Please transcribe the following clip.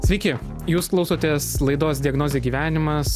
sveiki jūs klausotės laidos diagnozė gyvenimas